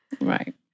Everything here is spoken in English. Right